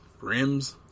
rims